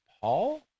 Paul